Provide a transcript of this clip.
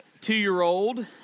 two-year-old